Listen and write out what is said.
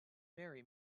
marry